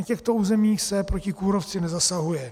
Na těchto územích se proti kůrovci nezasahuje.